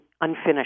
unfinished